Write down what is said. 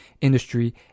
industry